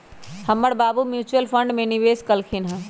हमर बाबू mutual fund में निवेश कलखिंन्ह ह